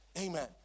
Amen